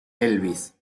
elvis